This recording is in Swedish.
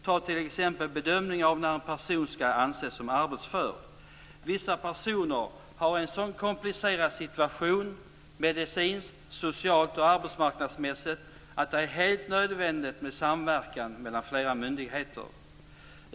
Ta t.ex. bedömningen av när en person skall anses som arbetsför. Vissa personer har en så komplicerad situation medicinskt, socialt och arbetsmarknadsmässigt att det är helt nödvändigt med samverkan mellan flera myndigheter.